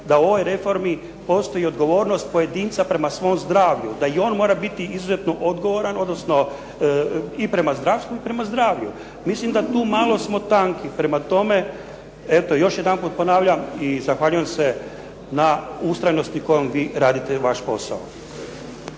da u ovoj reformi postoji odgovornost pojedinca prema svom zdravlju da i on mora biti izuzetno odgovoran odnosno i prema zdravstvu i prema zdravlju. Mislim da tu malo smo tanki. Prema tome, eto još jedanput ponavljam i zahvaljujem se na ustrajnosti kojom vi radite vaš posao.